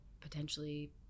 potentially